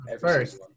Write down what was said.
First